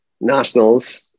nationals